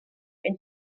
and